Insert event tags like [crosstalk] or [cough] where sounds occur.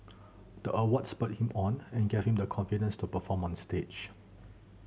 the award spurred him on and gave him the confidence to perform stage [noise]